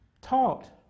taught